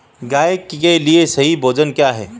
गाय के लिए सही भोजन क्या है?